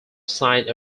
signed